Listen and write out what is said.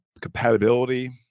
compatibility